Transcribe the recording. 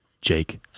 Jake